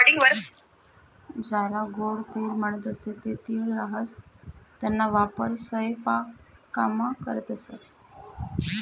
ज्याले गोडं तेल म्हणतंस ते तीळ राहास त्याना वापर सयपाकामा करतंस